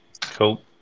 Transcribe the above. Cool